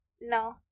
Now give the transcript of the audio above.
No